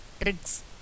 tricks